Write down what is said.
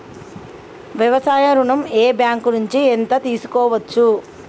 వ్యవసాయ ఋణం ఏ బ్యాంక్ నుంచి ఎంత తీసుకోవచ్చు?